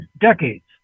decades